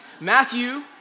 matthew